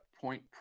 point